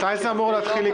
מתי זה אמור לקרות?